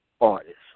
Artists